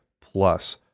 plus